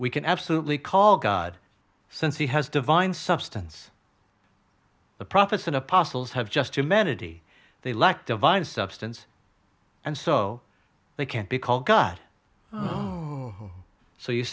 we can absolutely call god since he has divine substance the prophets and apostles have just humanity they lack divine substance and so they can't be called god oh so you